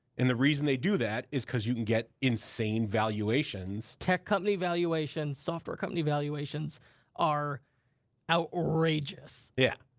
and the reason they do that is cause you can get insane valuations. tech company valuations, software company valuations are outrageous. yeah,